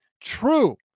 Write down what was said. true